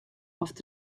oft